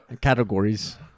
categories